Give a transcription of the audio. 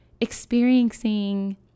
experiencing